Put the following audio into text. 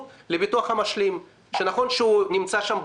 אבל אותם 30%-40% מהאנשים אגב,